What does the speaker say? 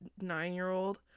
nine-year-old